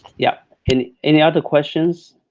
yeah and any other questions?